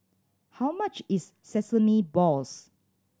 how much is sesame balls